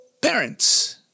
parents